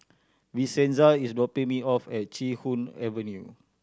Vincenza is dropping me off at Chee Hoon Avenue